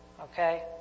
okay